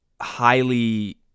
highly